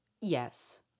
yes